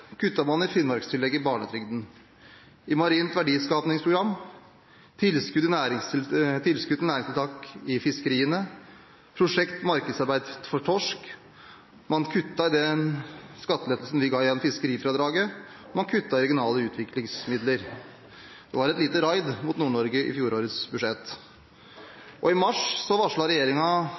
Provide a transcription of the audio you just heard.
man i finnmarkstillegget i barnetrygden, i Marint Verdiskapningsprogram, i tilskudd til næringstiltak i fiskeriene og i prosjektet markedsarbeid for torsk. Man kuttet også i den skattelettelsen vi ga gjennom fiskerfradraget, og man kuttet i regionale utviklingsmidler. Det var et lite raid mot Nord-Norge i fjorårets budsjett. I mars